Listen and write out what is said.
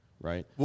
Right